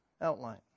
outline